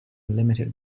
limited